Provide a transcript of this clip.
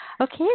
Okay